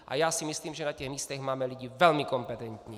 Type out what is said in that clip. A já si myslím, že na těch místech máme lidi velmi kompetentní.